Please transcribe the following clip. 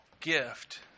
gift